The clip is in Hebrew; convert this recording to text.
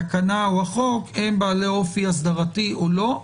התקנה או החוק הם בעלי אופי אסדרתי או לא,